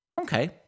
Okay